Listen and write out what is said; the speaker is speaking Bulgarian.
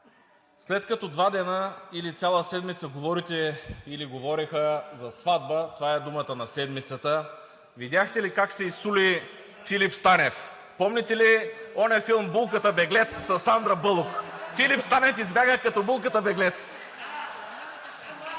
след като два дена или цяла седмица, говорите или говореха за сватба – това е думата на седмицата, видяхте ли как се изсули Филип Станев? Помните ли оня филм „Булката беглец“ със Сандра Бълок? Филип Станев избяга като булката беглец.